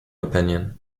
opinion